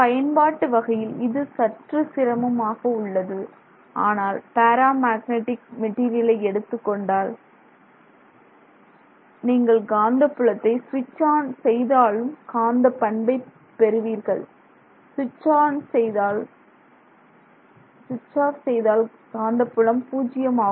பயன்பாட்டு வகையில் இது சற்று சிரமமாக உள்ளது ஆனால் பேரா மேக்னெட்டிக் மெட்டீரியலை எடுத்துக்கொண்டால் நீங்கள் காந்தப்புலத்தை ஸ்விட்ச் ஆன் செய்தால் காந்தப் பண்பை பெறுவீர்கள் ஸ்விட்ச் ஆப் செய்தால் காந்தப்புலம் பூஜ்யம் ஆகும்